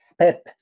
PEP